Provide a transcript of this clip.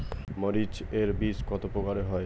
মরিচ এর বীজ কতো প্রকারের হয়?